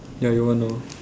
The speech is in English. ya your one lor